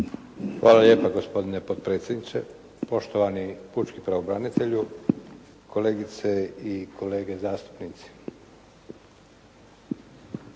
Hvala lijepa gospodine potpredsjedniče. Poštovani pučki pravobranitelju, kolegice i kolege zastupnici.